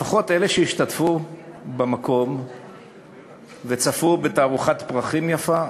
לפחות אלה שהשתתפו במקום צפו בתערוכת פרחים יפה,